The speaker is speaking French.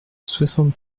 soixante